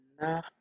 No